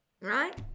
Right